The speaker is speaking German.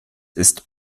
ist